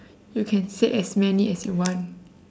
you can say as many as you want